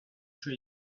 trees